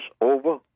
over